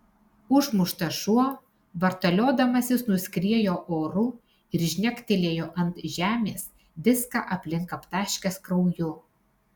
užmuštas šuo vartaliodamasis nuskriejo oru ir žnektelėjo ant žemės viską aplink aptaškęs krauju